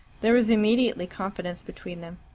there was immediately confidence between them.